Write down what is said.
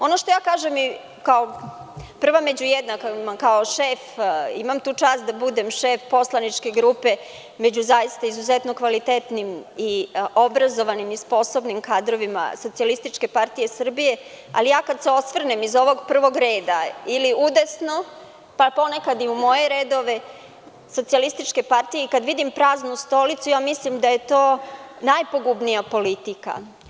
Ono što ja kažem kao prva među jednakima, kao šef, imam tu čast da bude šef poslaničke grupe među zaista izuzetno kvalitetnim, obrazovanim i sposobnim kadrovima Socijalističke partije Srbije, ali kada se osvrnem iz ovog prvog reda ili udesno, pa ponekad i u moje redove Socijalističke partije i kada vidim praznu stolicu, mislim da je to najpogubnija politika.